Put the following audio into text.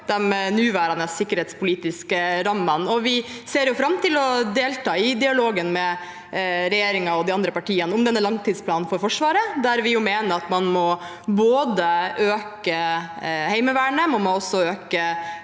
de nåværende sikkerhetspolitiske rammene, og vi ser fram til å delta i dialogen med regjeringen og de andre partiene om langtidsplanen for Forsvaret, der vi mener at man både må styrke Heimevernet, øke